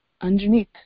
underneath